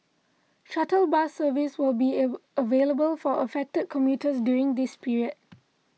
shuttle bus service will be available for affected commuters during this period